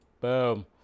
boom